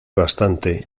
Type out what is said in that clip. bastante